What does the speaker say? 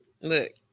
look